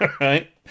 right